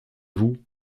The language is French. vous